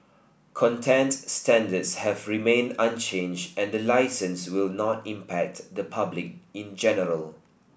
content standards have remained unchanged and the licence will not impact the public in general